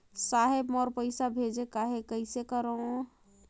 साहेब मोर पइसा भेजेक आहे, कइसे करो?